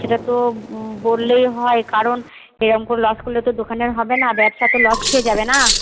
সেটা তো বললেই হয় কারণ এরকম করে লস করলে তো দোকানের হবে না ব্যবসা তো লস খেয়ে যাবে না